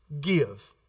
give